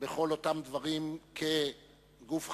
בכל אותם דברים כגוף חקיקתי,